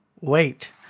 wait